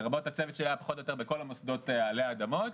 לרבות הצוות שלי שהיה פחות או יותר בכל המוסדות עלי אדמות,